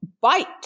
bite